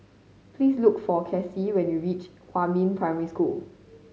please look for Kasie when you reach Huamin Primary School